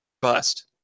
bust